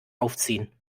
aufziehen